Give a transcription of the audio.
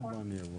נכון?